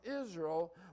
Israel